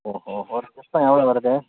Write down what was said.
ஓஹோ ஒரு சிப்பம் எவ்வளோ வருது